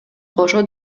кошо